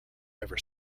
ever